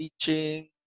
teaching